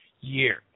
year